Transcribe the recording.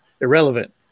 irrelevant